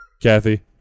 Kathy